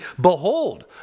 behold